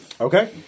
Okay